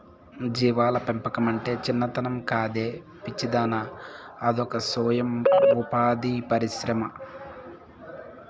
జీవాల పెంపకమంటే చిన్నతనం కాదే పిచ్చిదానా అదొక సొయం ఉపాధి పరిశ్రమ